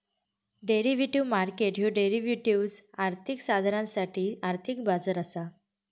derivative market ह्यो derivatives, आर्थिक साधनांसाठी आर्थिक बाजार असा